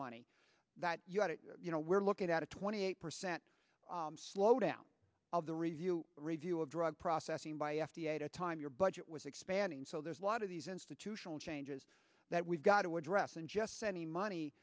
money that you have you know we're looking at a twenty eight percent slowdown of the review review of drug processing by f d a to time your budget was expanding so there's a lot of these institutional changes that we've got to address and just sending money